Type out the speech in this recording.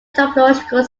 topological